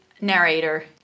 narrator